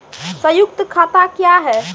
संयुक्त खाता क्या हैं?